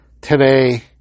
today